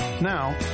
now